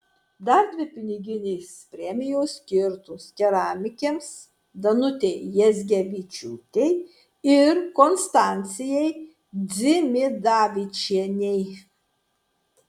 dar dvi piniginės premijos skirtos keramikėms danutei jazgevičiūtei ir konstancijai dzimidavičienei